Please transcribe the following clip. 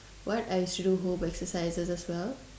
well I used to do home exercises as well